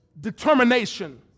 determination